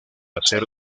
hacer